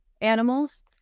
animals